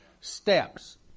Steps